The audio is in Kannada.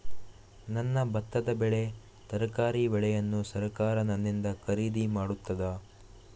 ನನ್ನ ಭತ್ತದ ಬೆಳೆ, ತರಕಾರಿ ಬೆಳೆಯನ್ನು ಸರಕಾರ ನನ್ನಿಂದ ಖರೀದಿ ಮಾಡುತ್ತದಾ?